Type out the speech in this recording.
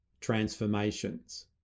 transformations